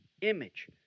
image